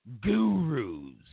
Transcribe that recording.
gurus